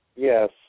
Yes